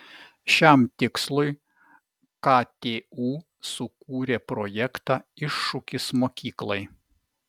šiam tikslui ktu sukūrė projektą iššūkis mokyklai